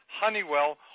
Honeywell